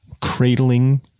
cradling